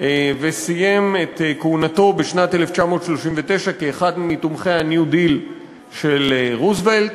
וסיים את כהונתו בשנת 1939 כאחד מתומכי ה-New Deal של רוזוולט,